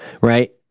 right